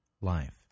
life